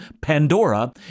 Pandora